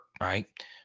right